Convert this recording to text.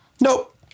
Nope